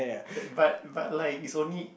but but like is only